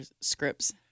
scripts